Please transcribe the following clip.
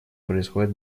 происходят